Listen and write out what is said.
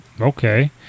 okay